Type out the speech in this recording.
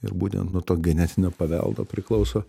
ir būtent nuo to genetinio paveldo priklauso